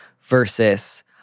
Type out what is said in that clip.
versus